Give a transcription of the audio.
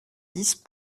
dix